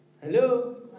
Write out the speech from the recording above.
Hello